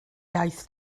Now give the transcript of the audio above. iaith